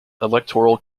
electoral